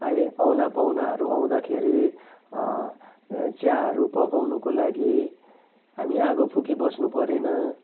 है औना पाहुनाहरू आउँदाखेरि चियाहरू पकाउनुको लागि हामी आगो फुकिबस्नु परेन